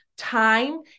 time